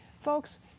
Folks